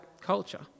culture